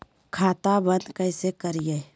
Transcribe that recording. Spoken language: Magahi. खाता बंद कैसे करिए?